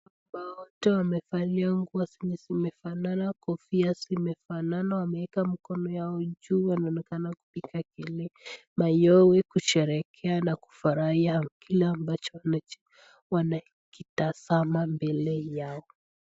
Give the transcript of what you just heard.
Wanaume wote wamevalia nguo zenye zinafanana kofia zimefanana, wameeka mkono yao juu, wanaonekana kupiga kelele, mayowe, kusheherekea na kufurahia kile ambacho wamech, wamekitasama mbele yao.